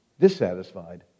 dissatisfied